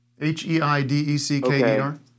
H-E-I-D-E-C-K-E-R